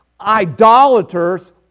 Idolaters